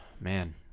man